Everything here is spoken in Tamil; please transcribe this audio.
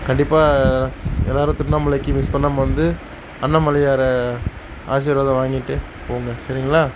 கண்டிப்பாக எல்லோரும் திருவண்ணாமலைக்கு மிஸ் பண்ணாமல் வந்து அண்ணாமலையாரை ஆசீர்வாதம் வாங்கிகிட்டு போங்க சரிங்களா